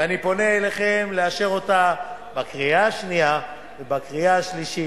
ואני פונה אליכם לאשר אותה בקריאה השנייה ובקריאה השלישית,